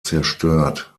zerstört